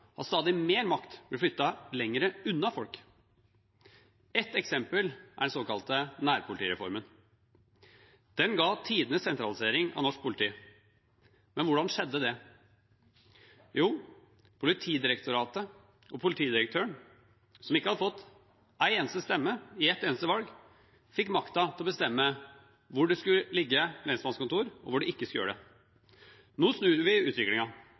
har stadig mer makt blitt flyttet lenger unna folk. Et eksempel er den såkalte nærpolitireformen. Den ga tidenes sentralisering av norsk politi. Men hvordan skjedde det? Jo, Politidirektoratet og politidirektøren, som ikke har fått én eneste stemme i ett eneste valg, fikk makten til å bestemme hvor det skulle ligge lensmannskontor, og hvor det ikke skulle gjøre det. Nå snur vi